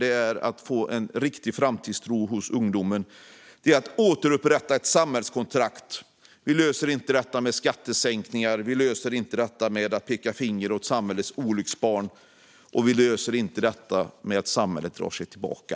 Det handlar om att få en riktig framtidstro hos ungdomen och om att återupprätta samhällskontraktet. Vi löser inte detta med skattesänkningar. Vi löser inte detta genom att peka finger åt samhället olycksbarn. Vi löser inte detta genom att samhället drar sig tillbaka.